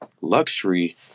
luxury